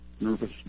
nervous